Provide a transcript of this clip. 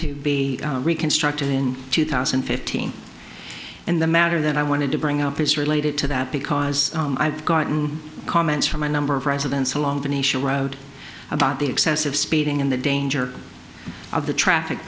to be reconstructed in two thousand and fifteen and the matter that i wanted to bring up is related to that because i've gotten comments from a number of residents along the nation road about the excessive speeding and the danger of the traffic